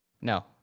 No